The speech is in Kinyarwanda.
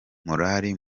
morali